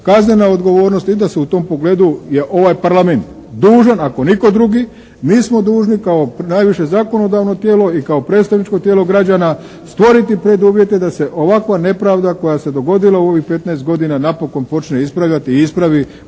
kaznena odgovornost i da se u tom pogledu je ovaj Parlament dužan ako nitko drugi, mi smo dužni kao najviše zakonodavno tijelo i kao predstavničko tijelo građana stvoriti preduvjete da se ovakva nepravda koja se dogodila u ovih 15 godina napokon počne ispravljati i ispravi